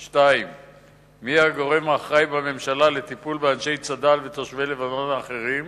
2. מי הוא הגורם האחראי בממשלה לטיפול באנשי צד"ל ובתושבי לבנון האחרים?